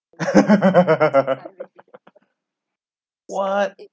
what